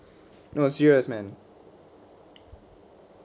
no serious man